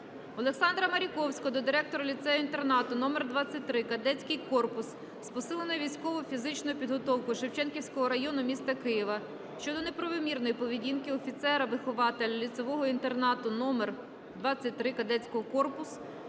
Олександра Маріковського до Директора ліцею-інтернату №23 "Кадетський корпус" з посиленою військово-фізичною підготовкою Шевченківського району міста Києва щодо неправомірної поведінки офіцера-вихователя ліцею-інтернату №23 "Кадетський корпус"